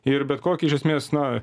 ir bet kokį iš esmės na